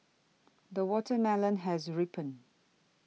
the watermelon has ripened